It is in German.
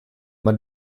man